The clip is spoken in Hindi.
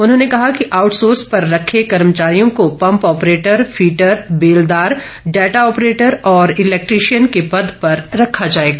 उन्होंने कहा कि आउटसोर्स पर रखे कर्मचारियों को पंप ऑपरेटर फिटर बेलदार डाटा ऑपरेटर और इलेक्ट्रिशियन के पद पर रखा जाएगा